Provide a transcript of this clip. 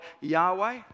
Yahweh